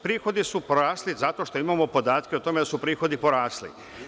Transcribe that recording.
Prihodi su porasli zato što imamo podatke o tome da su prihodi porasli.